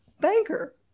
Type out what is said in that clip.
banker